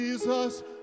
Jesus